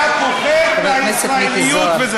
אתה פוחד מהישראליות.